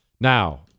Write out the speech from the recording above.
Now